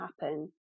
happen